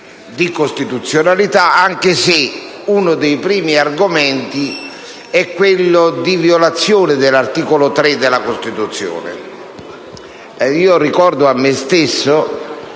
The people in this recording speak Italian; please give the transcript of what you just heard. di costituzionalità, anche se uno dei primi argomenti è quello della violazione dell'articolo 3 della Costituzione. Ricordo a me stesso